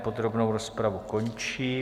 Podrobnou rozpravu končím.